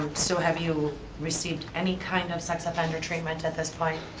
so have you received any kind of sex offender treatment at this point?